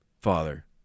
Father